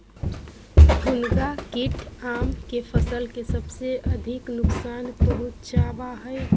भुनगा कीट आम के फसल के सबसे अधिक नुकसान पहुंचावा हइ